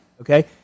Okay